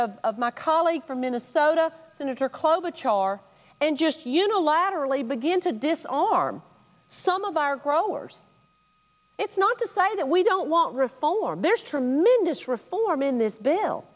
of my colleague from minnesota senator clover char and just unilaterally begin to disarm some of our growers it's not decided that we don't want reform there's tremendous reform in this bill